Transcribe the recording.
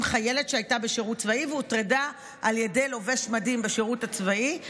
אם חיילת שהייתה בשירות צבאי והוטרדה על ידי לובש מדים בשירות הצבאי,